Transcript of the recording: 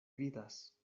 vidas